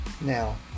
now